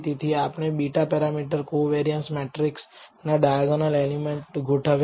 તેથી આપણે β પેરામીટરના કોવેરિયાન્સ મેટ્રિકસ ના ડાયાગોનલ એલિમેન્ટ ગોઠવ્યા